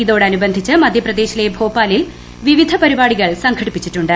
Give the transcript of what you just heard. ഇതോടനുബന്ധിച്ച് മധ്യപ്രദേശിലെ ഭോപ്പാലിൽ വിവിധ പരിപാടികൾ സംഘടിപ്പിച്ചിട്ടുണ്ട്